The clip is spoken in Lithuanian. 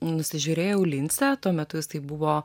nusižiūrėjau lince tuo metu jisai buvo